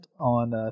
on